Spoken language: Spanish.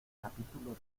capítulo